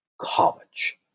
college